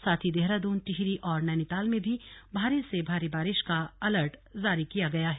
साथ ही देहरादून टिहरी और नैनीताल में भी भारी से भारी बारिश का अलर्ट जारी किया गया है